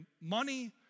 money